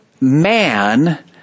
man